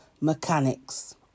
mechanics